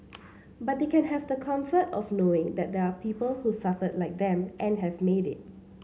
but they can have the comfort of knowing that there are people who suffered like them and have made it